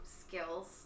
skills